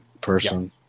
person